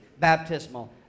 baptismal